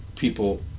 people